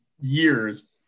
years